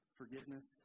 forgiveness